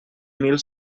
mil